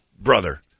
brother